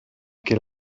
che